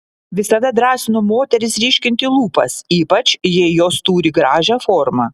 visada drąsinu moteris ryškinti lūpas ypač jei jos turi gražią formą